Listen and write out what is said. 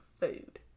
food